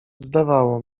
zdawało